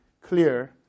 clear